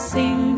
Sing